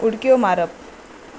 उडक्यो मारप